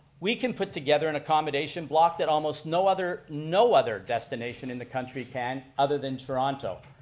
we can put together an accommodation block that almost no other no other destination in the country can, other than toronto.